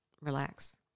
relax